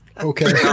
okay